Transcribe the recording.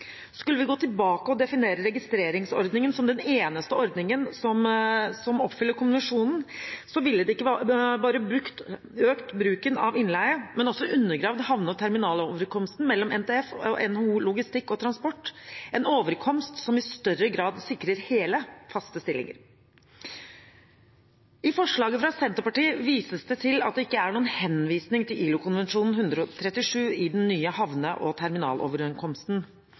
Skulle vi gå tilbake og definere registreringsordningen som den eneste ordningen som oppfyller konvensjonen, ville det ikke bare økt bruken av innleie, men også undergravd havne- og terminaloverenskomsten mellom NTF og NHO Logistikk og Transport – en overenskomst som i større grad sikrer hele, faste stillinger. I forslaget fra Senterpartiet vises det til at det ikke er noen henvisning til ILO-konvensjon 137 i den nye havne- og